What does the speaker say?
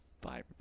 Bye